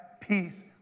peace